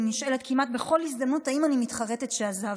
אני נשאלת כמעט בכל הזדמנות אם אני מתחרטת שעזבתי,